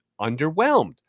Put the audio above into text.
underwhelmed